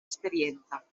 esperienza